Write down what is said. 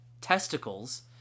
testicles